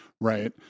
right